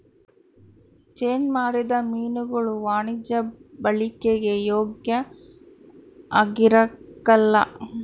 change ಮಾಡಿದ ಮೀನುಗುಳು ವಾಣಿಜ್ಯ ಬಳಿಕೆಗೆ ಯೋಗ್ಯ ಆಗಿರಕಲ್ಲ